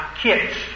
kits